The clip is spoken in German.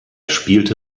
spielte